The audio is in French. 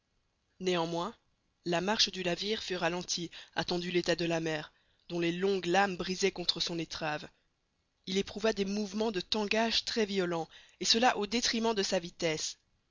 néanmoins la marche du navire fut ralentie attendu l'état de la mer dont les longues lames brisaient contre son étrave il éprouva des mouvements de tangage très violents et cela au détriment de sa vitesse